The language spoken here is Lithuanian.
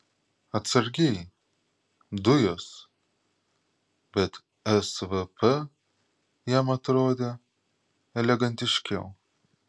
atsargiai dujos bet svp jam atrodė elegantiškiau